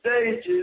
stages